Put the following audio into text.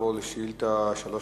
נעבור לשאילתא 354,